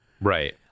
right